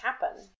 happen